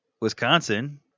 Wisconsin